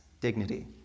dignity